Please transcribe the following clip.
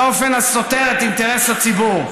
באופן הסותר את אינטרס הציבור.